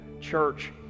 church